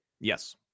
Yes